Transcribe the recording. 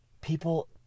people